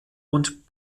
und